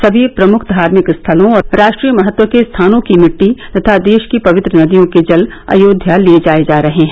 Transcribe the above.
सभी प्रमुख धार्मिक स्थलों और राष्ट्रीय महत्व के स्थानों की मिट्टी तथा देश की पवित्र नदियों के जल अयोध्या ले जाए जा रहे हैं